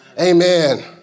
Amen